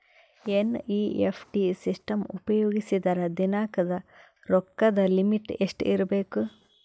NEFT system ಉಪಯೋಗಿಸಿದರ ದಿನದ ರೊಕ್ಕದ ಲಿಮಿಟ್ ಎಷ್ಟ ಇರಬೇಕು?